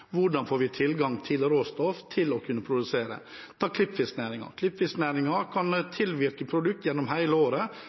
vi får tilgang til råstoff for å kunne produsere. Ta klippfisknæringen: Klippfisknæringen kan tilvirke produkt gjennom hele året